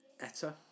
Etta